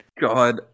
God